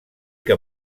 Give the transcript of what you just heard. que